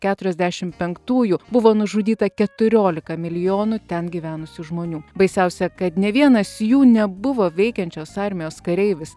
keturiasdešimt penktųjų buvo nužudyta keturiolika milijonų ten gyvenusių žmonių baisiausia kad nė vienas jų nebuvo veikiančios armijos kareivis